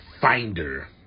finder